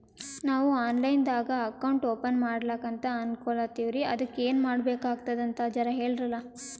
ನಾವು online ದಾಗ account open ಮಾಡ್ಲಕಂತ ಅನ್ಕೋಲತ್ತೀವ್ರಿ ಅದಕ್ಕ ಏನ ಮಾಡಬಕಾತದಂತ ಜರ ಹೇಳ್ರಲ?